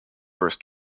first